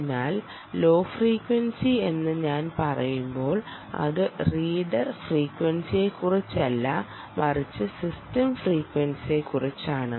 അതിനാൽ low frequency എന്ന് ഞാൻ പറയുമ്പോൾ അത് റീഡർ ഫ്രീക്വൻസിയെക്കുറിച്ചല്ല മറിച്ച് സിസ്റ്റം ഫ്രീക്വൻസിയെക്കുറിച്ചാണ്